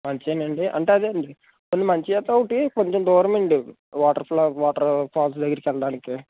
మంచివేనండీ అంటే అదే అండి కొన్ని మంచివైతే ఉంటాయి కొంచెం దూరం అండీ అవి వాటర్ఫా వాటర్ఫాల్స్ దగ్గరికి వెళ్ళడానికి